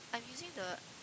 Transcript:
I'm using the